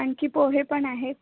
आणखी पोहे पण आहेत